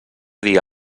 dia